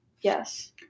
Yes